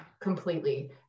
Completely